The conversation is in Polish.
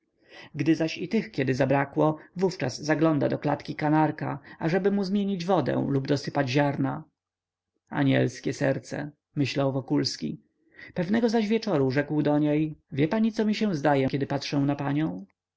gdy zaś i tych kiedy zabrakło wówczas zagląda do klatki kanarka ażeby mu zmienić wodę albo dosypać ziarna anielskie serce myślał wokulski pewnego zaś wieczoru rzekł do niej wie pani co mi się zdaje kiedy patrzę na panią